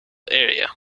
area